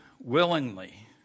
willingly